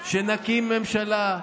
הכול בסדר?